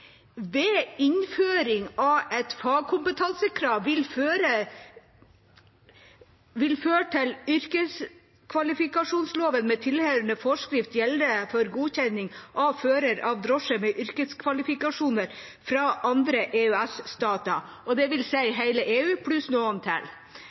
innføring av et fagkompetansekrav til fører vil yrkeskvalifikasjonsloven med tilhørende forskrift gjelde for godkjenning av fører av drosje med yrkeskvalifikasjoner fra andre